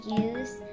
use